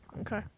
Okay